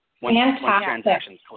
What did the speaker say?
Fantastic